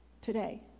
today